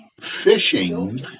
fishing